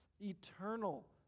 eternal